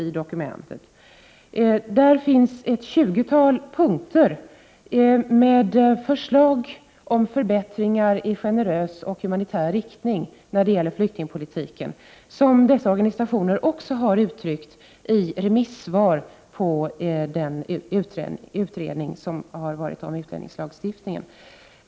I dokumentet finns ett tjugotal punkter med förslag om förbättringar i generös och humanitär riktning när det gäller flyktingpolitiken. Dessa organisationer har uttryckt dessa förslag i remissvar på den utredning som har gjorts om utlänningslagstiftningen.